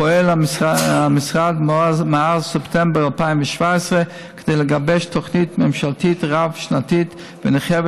פועל המשרד מאז ספטמבר 2017 כדי לגבש תוכנית ממשלתית רב-שנתית ונרחבת